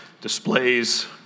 displays